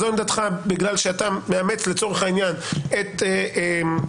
זו עמדתך בגלל שאתה מאמץ לצורך העניין את פסיקת